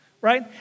Right